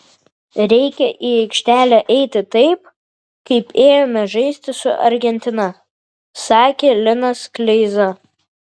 reikia į aikštelę eiti taip kaip ėjome žaisti su argentina sakė linas kleiza